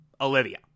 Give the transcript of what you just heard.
Olivia